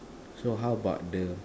so how about the